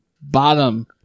bottom